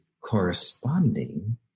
corresponding